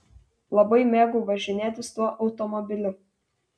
labai mėgau važinėtis tuo automobiliu